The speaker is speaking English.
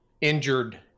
injured